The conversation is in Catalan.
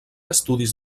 estudis